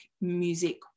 music